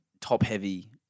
top-heavy